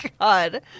God